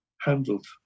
handled